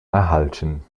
erhalten